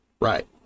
Right